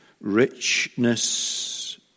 richness